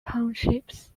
townships